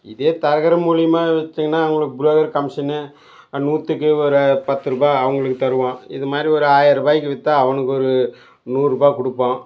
இதே தரகர் மூலயமா விற்றிங்கனா அவங்களுக்கு ப்ரோகர் கமிஷன்னு நூற்றுக்கு ஒரு பத்து ரூபாய் அவர்களுக்கு தருவோம் இது மாதிரி ஒரு ஆயிர் ரூபாய்க்கு விற்றா அவனுக்கு ஒரு நூறுரூபா கொடுப்போம்